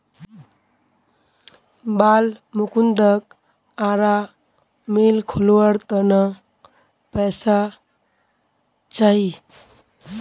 बालमुकुंदक आरा मिल खोलवार त न पैसा चाहिए